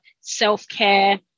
self-care